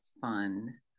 fun